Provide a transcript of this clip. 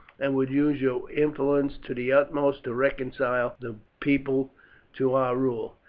and would use your influence to the utmost to reconcile the people to our rule.